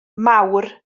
mawr